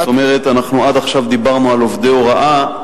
זאת אומרת, אנחנו עד עכשיו דיברנו על עובדי הוראה.